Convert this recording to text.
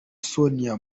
sonia